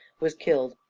was killed,